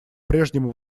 прежнему